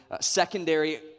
secondary